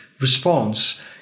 response